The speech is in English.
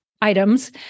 items